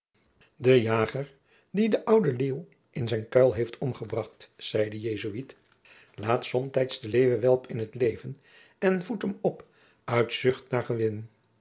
de jager die den ouden leeuw in zijne kuil heeft omgebracht hernam de jesuit laat somtijds den leeuwenwelp in t leven en voedt hem op uit zucht naar gewin